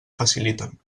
faciliten